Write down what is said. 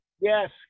Yes